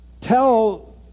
tell